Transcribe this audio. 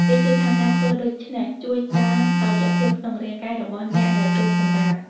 គេជឿថា ការធ្វើដូច្នេះជួយស្ដារតុល្យភាពក្នុងរាងកាយរបស់អ្នកដែលទើបសម្រាល។